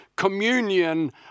communion